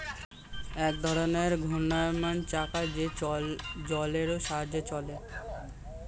এক ধরনের ঘূর্ণায়মান চাকা যেটা জলের সাহায্যে চলে